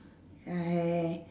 I